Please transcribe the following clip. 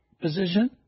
position